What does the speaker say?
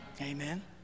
Amen